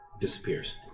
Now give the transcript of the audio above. Disappears